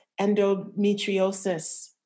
endometriosis